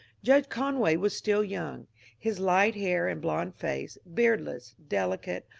judge conway was still young his light hair and blond face, beardless, delicate,